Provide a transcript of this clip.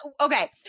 okay